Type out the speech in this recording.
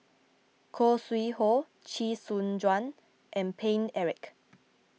Khoo Sui Hoe Chee Soon Juan and Paine Eric